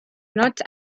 not